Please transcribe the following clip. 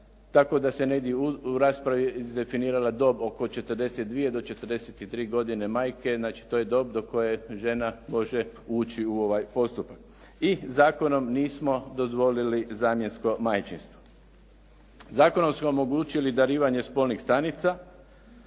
tako da se negdje u raspravi definirala dob oko 42 do 43 godine majke, znači to je dob do koje žena može ući u ovaj postupak. I zakonom nismo dozvolili zamjensko majčinstvo. Zakonom smo omogućili darivanje spolnih stanica,